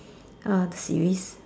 uh series